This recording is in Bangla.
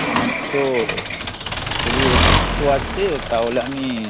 আমার তো শরীর অসুস্থ আছে তাহলে আমি